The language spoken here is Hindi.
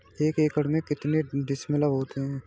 एक एकड़ में कितने डिसमिल होता है?